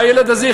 הילד הזה,